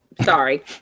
sorry